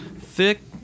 thick